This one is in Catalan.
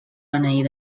beneir